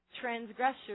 transgressors